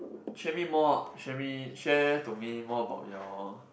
share me more share me share to me more about your